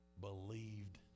believed